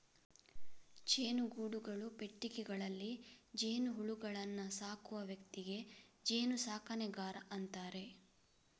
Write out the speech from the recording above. ಜೇನುಗೂಡುಗಳು, ಪೆಟ್ಟಿಗೆಗಳಲ್ಲಿ ಜೇನುಹುಳುಗಳನ್ನ ಸಾಕುವ ವ್ಯಕ್ತಿಗೆ ಜೇನು ಸಾಕಣೆಗಾರ ಅಂತಾರೆ